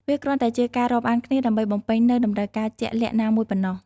វាគ្រាន់តែជាការរាប់អានគ្នាដើម្បីបំពេញនូវតម្រូវការជាក់លាក់ណាមួយប៉ុណ្ណោះ។